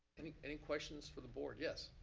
any any questions for the board? yes.